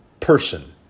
person